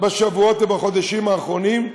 בשבועות ובחודשים האחרונים,